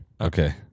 Okay